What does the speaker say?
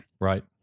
Right